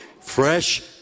fresh